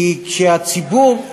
כי כשהציבור,